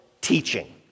teaching